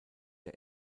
der